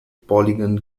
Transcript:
polygon